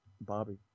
Bobby